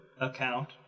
account